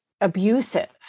abusive